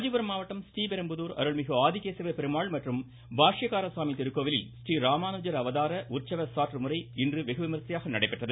காஞ்சிபுரம் மாவட்டம் றீபெரும்புதூர் அருள்மிகு ஆதி கேசவ பெருமாள் மற்றும் பாஷ்யகார சுவாமி திருக்கோவிலில் றீராமானுஜர் அவதார உற்சவ சாற்று முறை இன்று வெகுவிமரிசையாக நடைபெற்றது